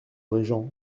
régent